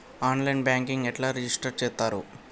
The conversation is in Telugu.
ఆన్ లైన్ బ్యాంకింగ్ ఎట్లా రిజిష్టర్ చేత్తరు?